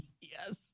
Yes